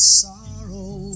sorrow